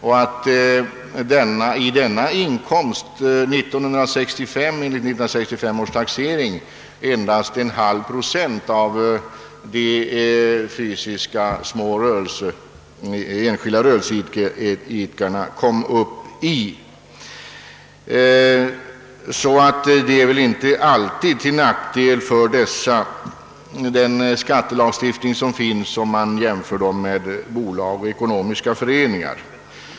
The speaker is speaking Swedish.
En sådan inkomstnivå uppnådde enligt inkomststatistiken för taxeringsåret 1965 endast en halv procent av de fysiska personer som var enskilda rörelseidkare. Den skattelagstiftning som finns är således inte alltid till nackdel för dessa om man jämför dem med bolag och ekonomiska föreningar.